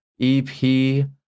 ep